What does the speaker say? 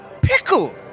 pickle